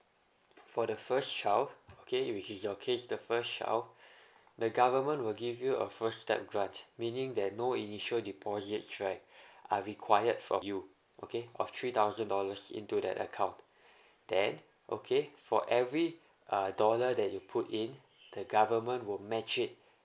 for the first child okay which is your case the first child the government will give you a first step grant meaning that no initial deposits right are required for you okay of three thousand dollars into that account then okay for every uh dollar that you put in the government will match it